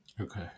Okay